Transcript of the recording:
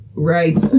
Right